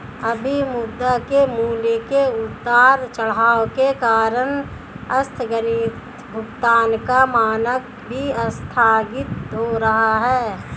अभी मुद्रा के मूल्य के उतार चढ़ाव के कारण आस्थगित भुगतान का मानक भी आस्थगित हो रहा है